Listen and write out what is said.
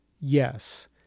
Yes